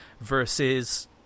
versus